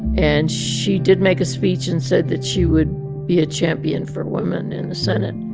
and she did make a speech and said that she would be a champion for women in the senate.